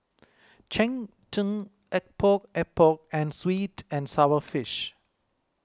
Cheng Tng Epok Epok and Sweet and Sour Fish